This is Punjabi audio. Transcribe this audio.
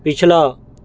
ਪਿਛਲਾ